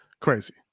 crazy